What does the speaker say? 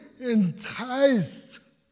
enticed